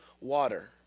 water